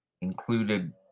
included